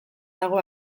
dago